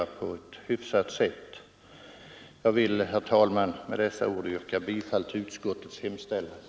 Herr talman! Jag vill med dessa ord yrka bifall till utskottets hemställan.